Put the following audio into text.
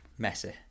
Messi